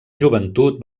joventut